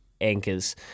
anchors